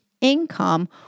income